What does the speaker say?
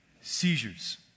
seizures